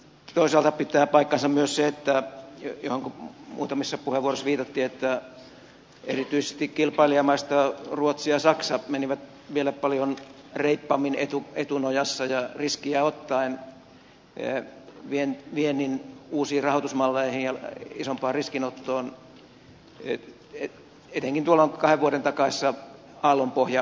toisaalta pitää paikkansa myös se mihin muutamissa puheenvuoroissa viitattiin että kilpailijamaista erityisesti ruotsi ja saksa menivät vielä paljon reippaammin etunojassa ja riskiä ottaen viennin uusiin rahoitusmalleihin ja isompaan riskinottoon etenkin tuolloin kahden vuoden takaisessa aallonpohjatilanteessa